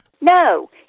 No